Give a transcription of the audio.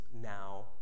now